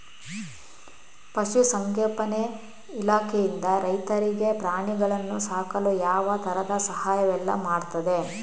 ಪಶುಸಂಗೋಪನೆ ಇಲಾಖೆಯಿಂದ ರೈತರಿಗೆ ಪ್ರಾಣಿಗಳನ್ನು ಸಾಕಲು ಯಾವ ತರದ ಸಹಾಯವೆಲ್ಲ ಮಾಡ್ತದೆ?